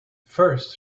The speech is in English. first